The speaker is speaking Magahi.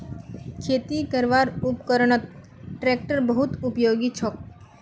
खेती करवार उपकरनत ट्रेक्टर बहुत उपयोगी छोक